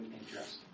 interest